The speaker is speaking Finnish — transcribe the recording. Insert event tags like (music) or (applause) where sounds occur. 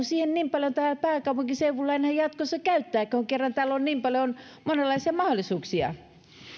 (unintelligible) siihen niin paljon täällä pääkaupunkiseudulla enää jatkossa käyttää kun kun kerran täällä on niin paljon monenlaisia mahdollisuuksia